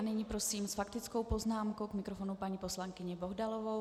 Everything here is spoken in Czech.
Nyní prosím s faktickou poznámkou k mikrofonu paní poslankyni Bohdalovou.